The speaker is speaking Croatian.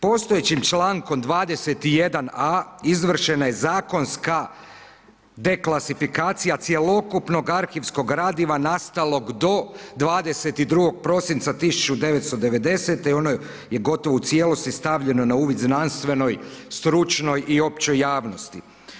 Postojećim člankom 21.a. izvršena je zakonska deklasifikacija cjelokupnog arhivskog gradiva nastalog do 22. prosinca 1990. i ono je gotovo u cijelosti stavljeno na uvid znanstvenoj stručnoj i općoj javnosti.